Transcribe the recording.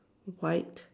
white